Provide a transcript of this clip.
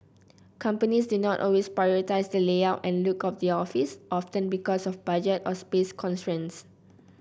companies do not always prioritise the layout and look of their office often because of budget or space constraints